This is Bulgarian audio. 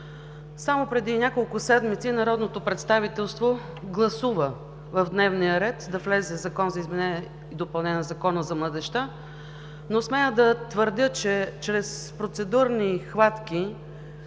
Само преди няколко седмици народното представителство гласува в дневния ред да влезе Законопроектът за изменение и допълнение на Закона за младежта, но смея да твърдя, че чрез процедурни хватки,